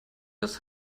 das